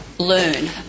Learn